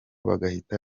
bagahita